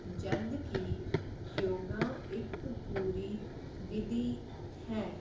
ਜਦ ਕਿ ਯੋਗਾ ਇੱਕ ਪੂਰੀ ਵਿਧੀ ਹੈ